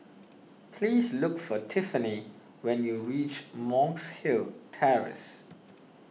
please look for Tiffany when you reach Monk's Hill Terrace